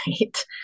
Right